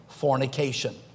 fornication